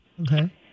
Okay